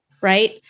right